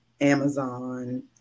amazon